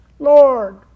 Lord